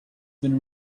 been